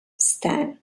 stand